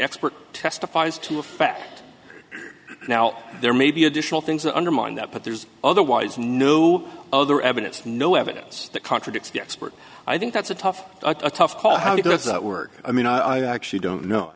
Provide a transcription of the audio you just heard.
expert testifies to a fact now there may be additional things that undermine that but there's otherwise new other evidence no evidence that contradicts the expert i think that's a tough tough call how does that work i mean i actually don't know